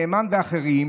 נאמן ואחרים,